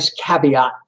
caveat